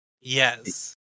Yes